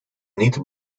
niet